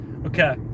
Okay